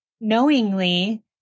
knowingly